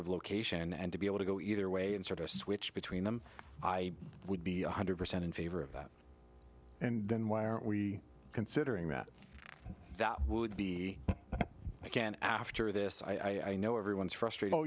of location and to be able to go either way and sort of switch between them i would be one hundred percent in favor of that and then why aren't we considering that that would be again after this i know everyone is frustrat